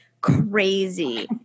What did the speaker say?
crazy